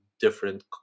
different